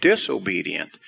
disobedient